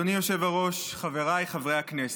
אדוני היושב-ראש, חבריי חברי הכנסת,